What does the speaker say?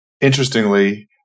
interestingly